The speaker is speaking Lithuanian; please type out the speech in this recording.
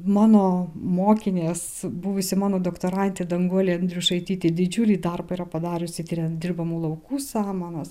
mano mokinės buvusi mano doktorantė danguolė andriušaitytė didžiulį darbą yra padariusi tiriant dirbamų laukų samanas